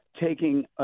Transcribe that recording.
taking